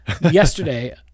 Yesterday